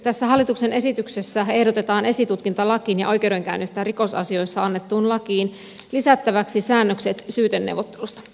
tässä hallituksen esityksessä ehdotetaan esitutkintalakiin ja oikeudenkäynnistä rikosasioissa annettuun lakiin lisättäväksi säännökset syyteneuvottelusta